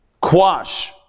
quash